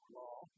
law